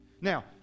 now